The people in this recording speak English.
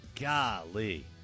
Golly